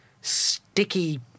sticky